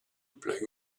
play